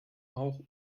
auch